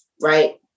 right